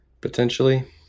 potentially